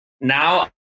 now